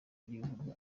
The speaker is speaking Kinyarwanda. by’igihugu